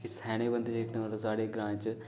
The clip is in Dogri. एह् स्याने बंदे जेह्के मतलब साढ़े ग्रांऽ च